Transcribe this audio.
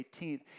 18th